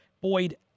Boyd